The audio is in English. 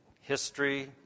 history